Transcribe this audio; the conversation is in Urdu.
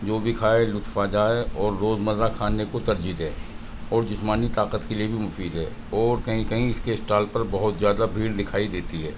جو بھی کھائے لطف آجائے اور روز مرہ کھانے کو ترجیح دے اور جسمانی طاقت کے لیے بھی مفید ہے اور کہیں کہیں اس کے اسٹال پر بہت زیادہ بھیڑ دکھائی دیتی ہے